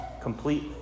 complete